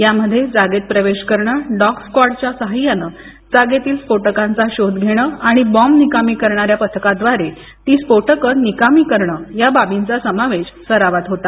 यामध्ये जागेत प्रवेश करणं डॉग स्वाडच्या सहाय्याने जागेतील स्फोटकांचा शोध घेणं आणि बॉम्ब निकामी करणाऱ्या पथकाद्वारे ती स्फोटकं निकामी करणं या बाबींचा समावेश सरावात होता